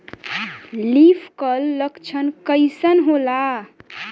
Leaf curl लक्षण कइसन होला?